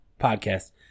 podcast